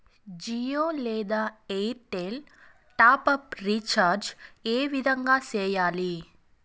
జియో లేదా Airtel top up recharge ఏ విధంగా సేయాలి